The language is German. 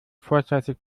vorzeitig